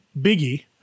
Biggie